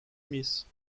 miyiz